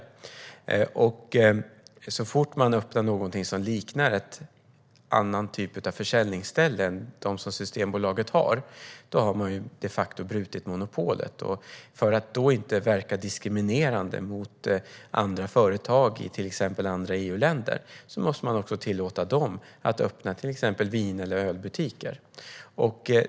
Man har de facto brutit monopolet så fort man öppnar någonting som liknar en annan typ av försäljningsställen än dem som Systembolaget har. För att då inte verka diskriminerande mot andra företag i till exempel andra EU-länder måste man också tillåta dem att öppna till exempel vin eller ölbutiker.